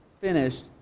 finished